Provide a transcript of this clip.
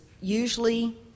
usually